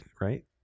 Right